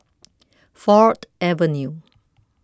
Ford Avenue